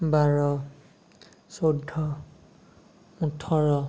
বাৰ চৈধ্য ওঠৰ